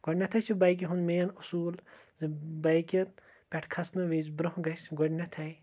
گۄڈنیتھٕے چھُ بایکہِ ہُنٛد مین اوصوٗل زِ بایکہِ پٮ۪ٹھ کھسنہٕ وِزِ برٛونٛہہ گۄڈنیٚتھٕے